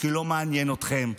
כי לא מעניין אתכם.